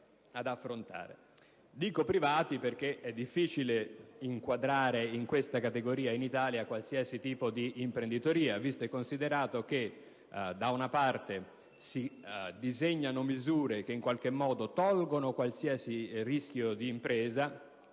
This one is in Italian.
Dico privati perché è difficile in Italia inquadrare in questa categoria qualsiasi tipo di imprenditoria, visto e considerato che da una parte si disegnano misure che in qualche modo tolgono qualsiasi rischio d'impresa,